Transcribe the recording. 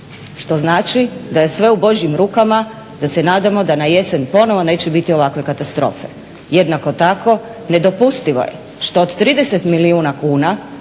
Što znači da je sve u Božjim rukama, da se nadamo da na jesen ponovno neće biti ovakve katastrofe. Jednako tako, nedopustivo je što od 30 milijuna kuna,